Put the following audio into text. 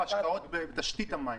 לא, השקעות בתשתית המים.